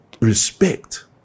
respect